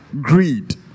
Greed